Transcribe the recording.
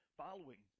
following